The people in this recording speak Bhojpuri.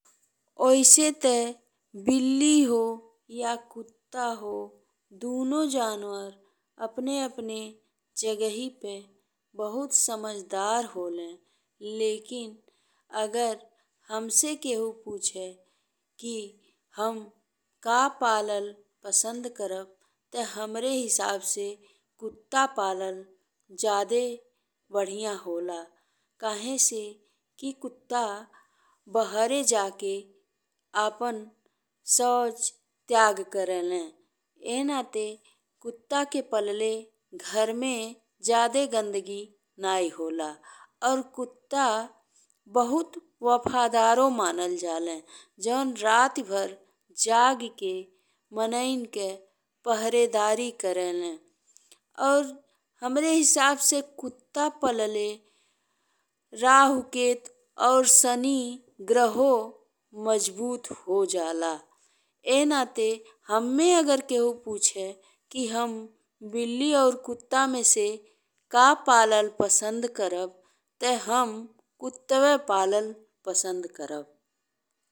ओइसे ते बिल्ली हो या कुत्ता हो दुनो जानवर अपन-अपन जगहि पे बहुत समझदार होले लेकिन अगर हमसे केहू पूछे कि हम का पालल पसंद करब ते हमरे हिसाब से कुत्ता पालल जादे बढ़िया होला। काहे से कि कुत्ता बाहर जा के अपना शौच त्याग करेला। एह नाते कुत्ता के पलाले घर में जादे गंदगी नहीं होला और कुत्ता बहुत वफादारो मानल जाले जौन राति भर जाग के मनेइन के पहरेदारी करेला और हमरे हिसाब से कुत्ता पलाले रहु, केतु और शनि ग्रहों मजबूत हो जाला। एह नाते हम्मे अगर केहू पूछे हे कि हम बिल्ली और कुत्ता में से का पालल पसंद करब ते हम कुत्तवे पालल पसंद करब।